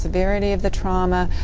severity of the trauma,